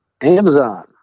Amazon